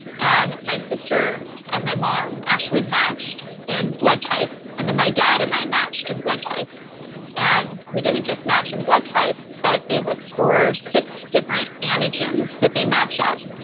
and my sister and my mom actually matched in blood type. and then my dad and i matched in blood type and we didn't just match in blood type, but they look for six different antigens that they match up.